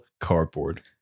cardboard